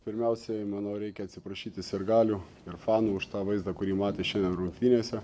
pirmiausiai manau reikia atsiprašyti sirgalių ir fanų už tą vaizdą kurį matė šiandien rungtynėse